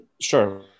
Sure